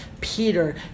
Peter